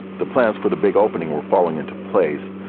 the plans for the big opening were falling into place,